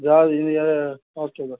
okay